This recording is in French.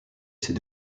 ces